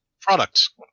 products